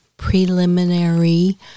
preliminary